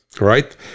right